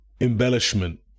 embellishment